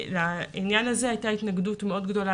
לעניין הזה הייתה התנגדות מאוד גדולה,